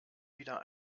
wieder